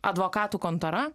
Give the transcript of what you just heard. advokatų kontora